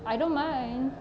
I don't mind